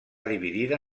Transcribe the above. dividida